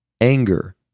anger